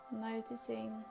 noticing